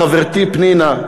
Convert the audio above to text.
חברתי פנינה,